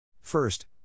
First